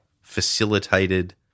facilitated